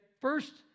first